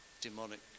demonic